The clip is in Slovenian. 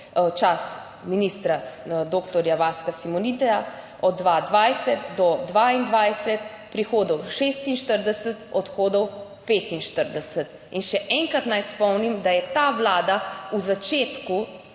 čas ministra doktorja Vaska Simonitija, od 220 do 2022 prihodov 46, odhodov 45. In še enkrat naj spomnim, da je ta vlada v začetku